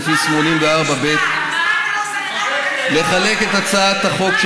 לפי סעיף 84(ב) לחלק את הצעת החוק,